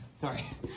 Sorry